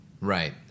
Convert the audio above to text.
Right